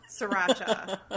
Sriracha